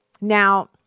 Now